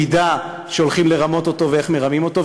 ידע שהולכים לרמות אותו ואיך מרמים אותו,